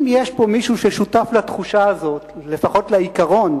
אם יש פה מישהו ששותף לתחושה הזאת, לפחות לעיקרון,